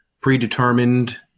predetermined